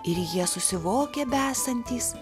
ir jie susivokė besantys